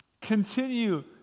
continue